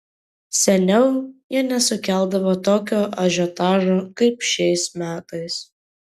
seniau jie nesukeldavo tokio ažiotažo kaip šiais metais